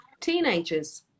teenagers